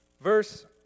Verse